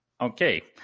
okay